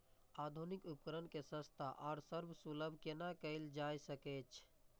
आधुनिक उपकण के सस्ता आर सर्वसुलभ केना कैयल जाए सकेछ?